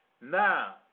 Now